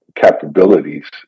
capabilities